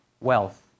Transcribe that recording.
wealth